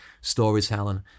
storytelling